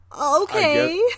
okay